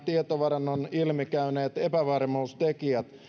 tietovarannon ilmi käyneet epävarmuustekijät